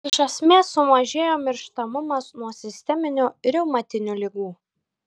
iš esmės sumažėjo mirštamumas nuo sisteminių reumatinių ligų